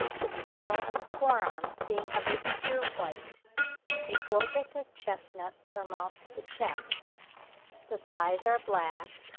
the tail and the fore-arms being of a pure white a gorget of chestnut surmounts the chest the thighs are black,